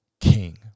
king